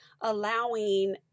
allowing